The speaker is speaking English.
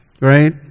Right